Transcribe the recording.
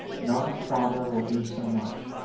not a father will do so much,